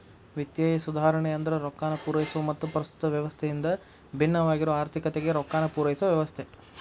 ವಿತ್ತೇಯ ಸುಧಾರಣೆ ಅಂದ್ರ ರೊಕ್ಕಾನ ಪೂರೈಸೊ ಮತ್ತ ಪ್ರಸ್ತುತ ವ್ಯವಸ್ಥೆಯಿಂದ ಭಿನ್ನವಾಗಿರೊ ಆರ್ಥಿಕತೆಗೆ ರೊಕ್ಕಾನ ಪೂರೈಸೊ ವ್ಯವಸ್ಥೆ